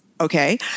Okay